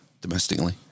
domestically